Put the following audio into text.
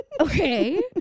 Okay